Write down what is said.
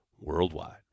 worldwide